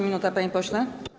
Minuta, panie pośle.